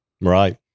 Right